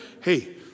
Hey